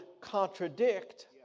contradict